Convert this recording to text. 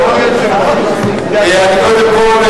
אם כן אתה אומר לי דבר אחר.